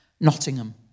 Nottingham